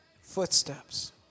footsteps